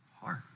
heart